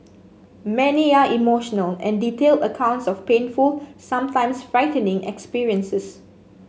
many are emotional and detailed accounts of painful sometimes frightening experiences